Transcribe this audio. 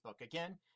Again